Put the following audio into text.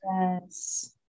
Yes